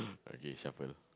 okay shuffle